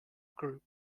group